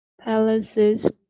palaces